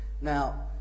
Now